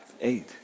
Eight